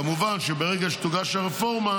כמובן, ברגע שתוגש הרפורמה,